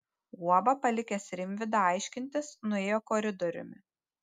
guoba palikęs rimvydą aiškintis nuėjo koridoriumi